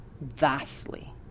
vastly